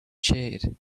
cheered